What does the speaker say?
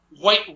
white